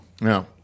no